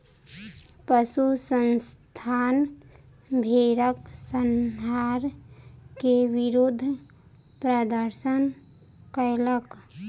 पशु संस्थान भेड़क संहार के विरुद्ध प्रदर्शन कयलक